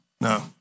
No